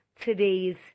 today's